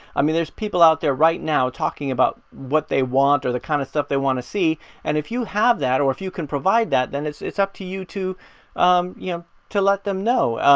i mean, there's people out there right now talking about what they want, or the kind of stuff they want to see and if you have that or if you can provide that then it's it's up to you to um yeah to let them know.